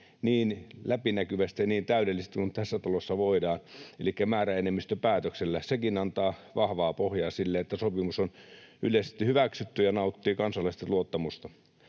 niin läpinäkyvästi ja niin täydellisesti kuin tässä talossa voidaan elikkä määräenemmistöpäätöksellä. Sekin antaa vahvaa pohjaa sille, että sopimus on yleisesti hyväksytty ja nauttii kansallista luottamusta.